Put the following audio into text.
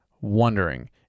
wondering